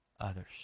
Others